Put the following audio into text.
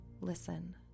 listen